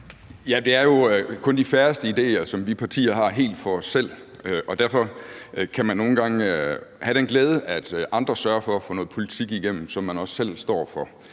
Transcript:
Det er jo kun de færreste idéer, som vi partier har helt for os selv. Derfor kan man nogle gange have den glæde, at andre sørger for at få noget politik igennem, som man også selv står for,